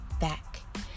back